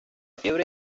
fiebre